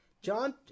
John